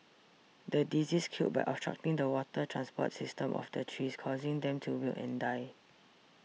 the disease killed by obstructing the water transport system of the trees causing them to wilt and die